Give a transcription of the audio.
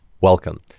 welcome